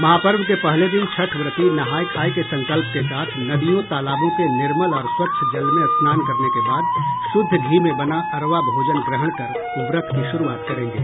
महापर्व के पहले दिन छठव्रती नहाय खाय के संकल्प के साथ नदियों तालाबों के निर्मल और स्वच्छ जल में स्नान करने के बाद शुद्ध घी में बना अरवा भोजन ग्रहण कर व्रत की शुरूआत करेंगे